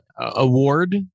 award